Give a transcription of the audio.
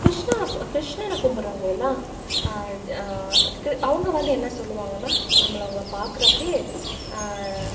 கிருஷ்ணா கிருஷ்ணனை கும்பிட்றவுங்கள் எல்லாம் அவங்க வந்து என்ன சொல்லுவாங்கன்னால் நம்மள அவங்க பார்க்குறப்பையே